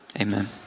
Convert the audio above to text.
amen